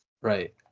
Right